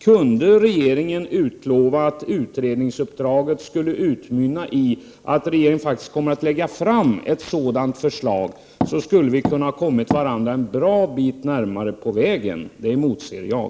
Kunde regeringen utlova att utredningsuppdraget skulle utmynna i att regeringen kommer att lägga fram ett sådant förslag skulle vi ha kunnat komma varandra en bra bit närmare på vägen. Det motser jag.